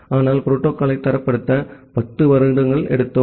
ஆனால் புரோட்டோகால்யை தரப்படுத்த 10 வருடங்கள் எடுத்தோம்